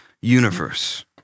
universe